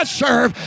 serve